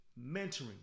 mentoring